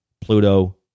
Pluto